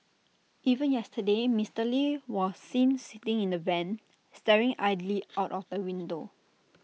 even yesterday Mister lee was seen sitting in the van staring idly out of the window